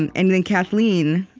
and and then kathleen,